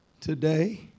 Today